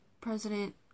President